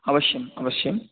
अवश्यम् अवश्यं